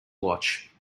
watch